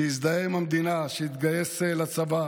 שיזדהה עם המדינה, שיתגייס לצבא,